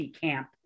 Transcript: camp